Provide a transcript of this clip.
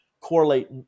correlate